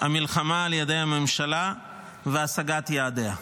המלחמה על ידי הממשלה והשגת יעדיה,